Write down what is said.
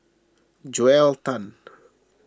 Joel Tan